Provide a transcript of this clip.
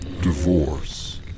divorce